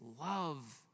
love